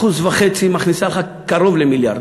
1.5% מכניס לך קרוב למיליארד,